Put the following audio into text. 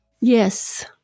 Yes